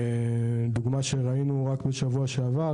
ראינו דוגמה לכך בשבוע שעבר,